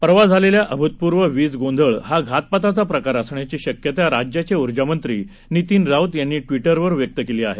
परवा झालेला अभूतपूर्व वीजगोंधळ हा घातपाताचा प्रकार असण्याची शक्यता राज्याचे ऊर्जामंत्री नितिन राऊत यांनी ट्विटरवर व्यक्त केली आहे